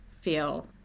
feel